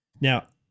Now